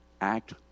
act